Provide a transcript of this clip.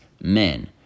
men